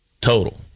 total